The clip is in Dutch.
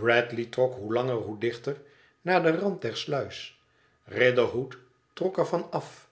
bradley trok hoe langer zoo dichter naar den rand der sluis riderhood trok er van af